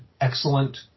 excellent